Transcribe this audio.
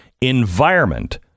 environment